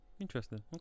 Interesting